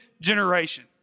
generation